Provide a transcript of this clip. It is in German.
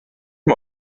mal